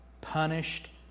punished